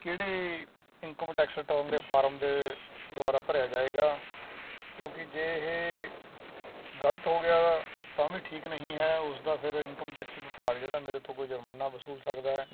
ਕਿਹੜੇ income tax return ਦੇ form ਦੇ ਦੁਆਰਾ ਭਰਿਆ ਜਾਏਗਾ ਕਿਉਂਕੀ ਜੇ ਇਹ ਗਲਤ ਹੋ ਗਿਆ ਤਾਂ ਵੀ ਠੀਕ ਨਹੀਂ ਹੈ ਉਸ ਦਾ ਫਿਰ ਇਨਕਮ ਟੈਕਸ ਵਿਭਾਗ ਜਿਹੜਾ ਮੇਰੇ ਤੋਂ ਕੋਈ ਜੁਰਮਾਨਾ ਵਸੂਲ ਸਕਦਾ ਹੈ